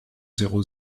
zéro